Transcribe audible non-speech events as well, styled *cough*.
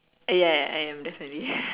ya I am definitely *laughs*